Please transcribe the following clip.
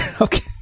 Okay